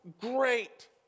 great